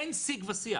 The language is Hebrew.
אין שיג ושיח